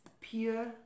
pure